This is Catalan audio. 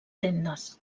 tendes